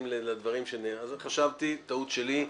אז חשבתי, טעות שלי.